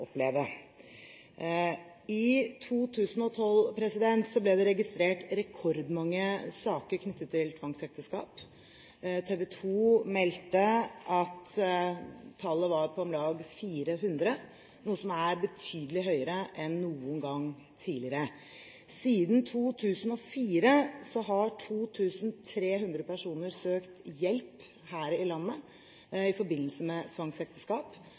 oppleve. I 2012 ble det registrert rekordmange saker knyttet til tvangsekteskap. TV 2 meldte at tallet var på om lag 400, noe som er betydelig høyere enn noen gang tidligere. Siden 2004 har 2 300 personer søkt hjelp her i landet i forbindelse med tvangsekteskap,